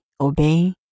Obey